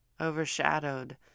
overshadowed